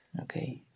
Okay